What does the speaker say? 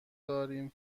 داریم